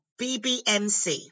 BBMC